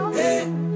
hey